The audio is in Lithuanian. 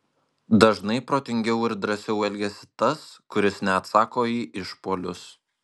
dažnai protingiau ir drąsiau elgiasi tas kuris neatsako į išpuolius